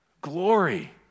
glory